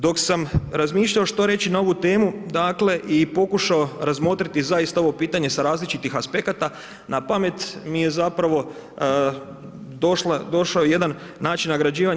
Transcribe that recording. Dok sam razmišljao što reći na ovu temu, dakle i pokušao razmotriti zaista ovo pitanje sa različitih aspekata na pamet mi je zapravo došao jedan način nagrađivanja.